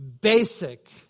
basic